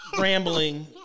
Rambling